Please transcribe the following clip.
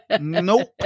Nope